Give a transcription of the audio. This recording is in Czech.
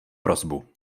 prosbu